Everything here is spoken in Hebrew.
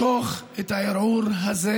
משוך את הערעור הזה,